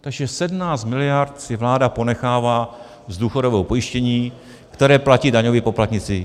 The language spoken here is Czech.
Takže 17 mld. si vláda ponechává z důchodového pojištění, které platí daňoví poplatníci.